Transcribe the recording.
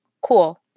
cool